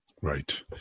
Right